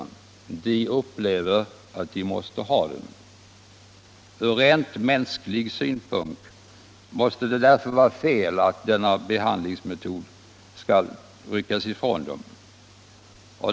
De upplever att de måste ha behandlingen. Från rent mänsklig synpunkt måste det därför vara oriktigt att denna behandlingsmetod rycks ifrån dem.